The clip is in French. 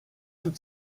toute